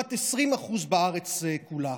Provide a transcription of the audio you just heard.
לעומת 20% בארץ כולה.